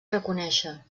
reconèixer